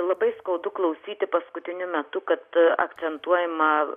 labai skaudu klausyti paskutiniu metu kad akcentuojama